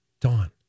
Dawn